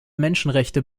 menschenrechte